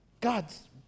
God's